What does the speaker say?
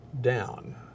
down